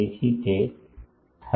તેથી તે 30